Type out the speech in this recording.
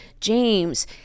James